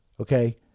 Okay